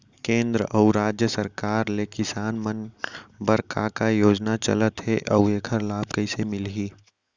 केंद्र अऊ राज्य सरकार ले किसान मन बर का का योजना चलत हे अऊ एखर लाभ कइसे मिलही?